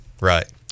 Right